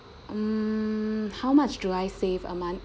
um how much do I save a month